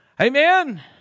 Amen